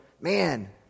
Man